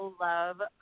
love